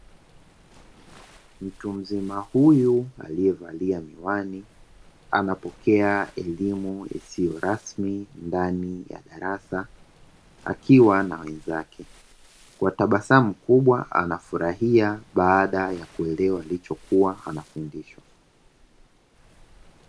Mtu mzima huyu aliye valia miwani anapokea elimu isiyo rasmi ndani ya darasa akiwa na wenzake, kwa tabasamu kubwa anafurahia baada ya kuelewa alicho kuwa anafundishwa.